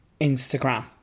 Instagram